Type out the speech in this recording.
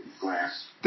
glass